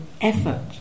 Effort